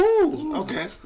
Okay